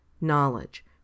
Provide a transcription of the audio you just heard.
knowledge